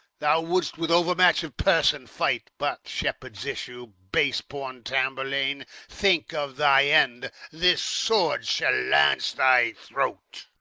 thou wouldst with overmatch of person fight but, shepherd's issue, base-born tamburlaine, think of thy end this sword shall lance thy throat.